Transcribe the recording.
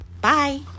Bye